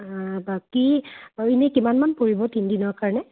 বাকী এনে কিমানমান পৰিব তিনি দিনৰ কাৰণে